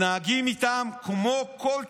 מתנהגים איתם כמו כל טרור.